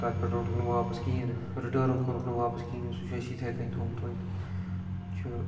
تَتھ پٮ۪ٹھ روٚٹُکھ نہٕ واپَس کہیٖنۍ نہٕ رِٹٲرٕن کوٚرکھ نہٕ واپَس کِہیٖنۍ سُہ چھُ اَسہِ یِتھَے کٔنۍ تھوٚمُت وۄنۍ چھُ